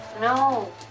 No